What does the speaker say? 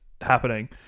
happening